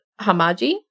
Hamaji